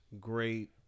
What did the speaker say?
great